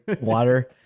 water